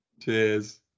Cheers